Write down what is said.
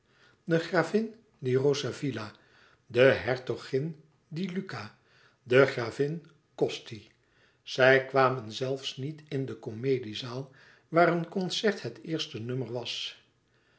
de gravin di rosavilla de hertogin di luca de gravin costi zij kwamen zelfs niet in de comediezaal waar een concert het eerste nummer was